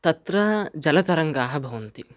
तत्र जलतरङ्गाः भवन्ति